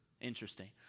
Interesting